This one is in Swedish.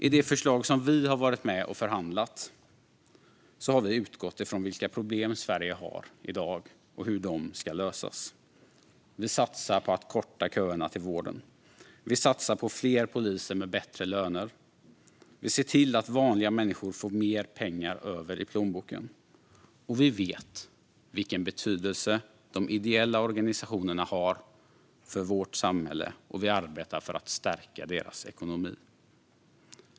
I det budgetförslag som vi varit med och förhandlat fram har vi utgått från vilka problem Sverige har i dag och hur dessa ska lösas. Vi satsar på att korta köerna till vården. Vi satsar på fler poliser med bättre löner. Vi ser till att vanliga människor får mer pengar över i plånboken. Vi vet vilken betydelse de ideella organisationerna har för vårt samhälle, och vi arbetar för att stärka deras ekonomi.